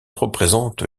représente